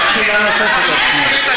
יש לך שאלה נוספת עוד שנייה.